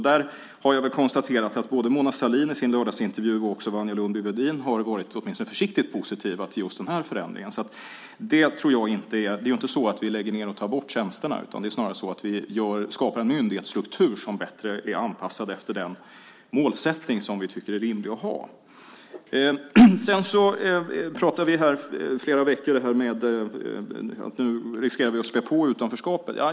Jag har konstaterat att både Mona Sahlin i sin lördagsintervju och Wanja Lundby-Wedin har varit åtminstone försiktigt positiva till just den förändringen. Det är ju inte så att vi lägger ned och tar bort tjänsterna, utan det är snarare så att vi skapar en myndighetsstruktur som är bättre anpassad till den målsättning som vi tycker är rimlig att ha. Sedan pratas det om att vi nu riskerar att späda på utanförskapet.